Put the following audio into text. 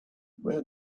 where